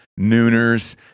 nooners